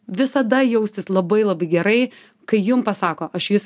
visada jaustis labai gerai kai jum pasako aš jus